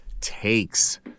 takes